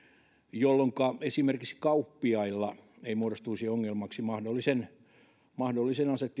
jolloinka esimerkiksi kauppiaille ei muodostuisi ongelmaksi mahdollisen